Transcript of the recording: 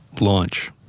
launch